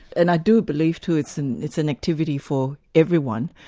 and i do believe too it's an it's an activity for everyone,